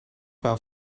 war